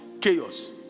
chaos